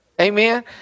Amen